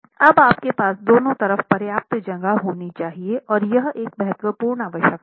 अब आपके पास दोनों तरफ पर्याप्त जगह होनी चाहिए और यह एक महत्वपूर्ण आवश्यकता है